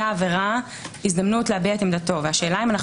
העבירה הזדמנות להביע את עמדתו השאלה אם אנחנו